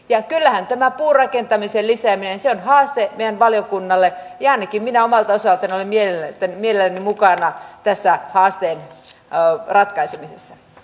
ja kyllähän tämä puurakentamisen lisääminensen haaste ja valiokunnalle janicki mina valtaosa oli miehelle että mielen mukana kesää haasteen ratkaisemisessa